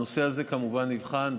הנושא הזה כמובן נבחן,